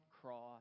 cross